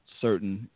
Certain